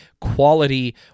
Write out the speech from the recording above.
quality